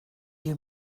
you